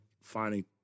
finding